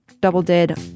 double-did